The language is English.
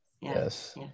yes